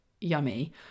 yummy